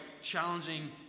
challenging